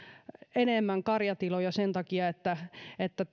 enemmän karjatiloja sen takia että että